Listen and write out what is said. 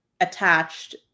attached